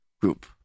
group